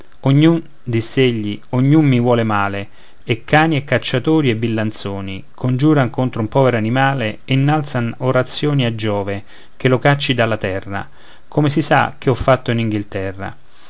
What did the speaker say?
ognun diss'egli ognuno mi vuol male e cani e cacciatori e villanzoni congiuran contro un povero animale e innalzan orazioni a giove che lo cacci dalla terra come si sa che ha fatto in inghilterra